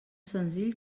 senzill